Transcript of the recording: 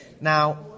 Now